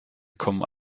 kommen